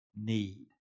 need